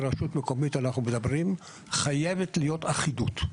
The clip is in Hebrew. רשות מקומית אנחנו מדברים חייבת להיות אחידות.